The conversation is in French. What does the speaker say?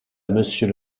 monsieur